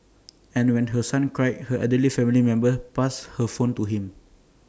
and when her son cried her elderly family member passed her phone to him